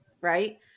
right